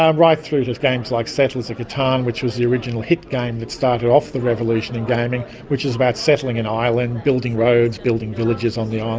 um right through to games like settlers of catan which was the original hit game that started off the revolution of and gaming, which is about settling in ireland, building roads, building villages on the um